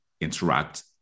interact